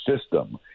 system